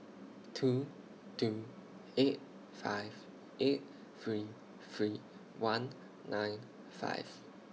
two two eight five eight three three one nine five